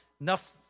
enough